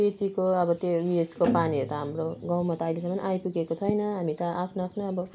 पिएचईको अब त्यो उएसको पानीहरू त हाम्रो गाउँमा त अहिलेसम्म आइपुगेको छैन हामी त आफ्नो आफ्नो अब